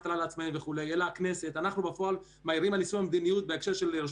המדינה העוסק בהתמודדות משבר הקורונה והפעם נעסוק בהיבטים בפעילות רשות